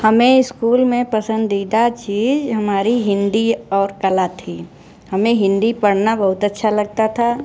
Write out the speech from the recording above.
हमें इस्कूल में पसंदीदा चीज़ हमारी हिंदी और कला थी हमें हिंदी पढ़ना बहुत अच्छा लगता था